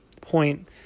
point